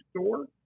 store